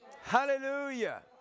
Hallelujah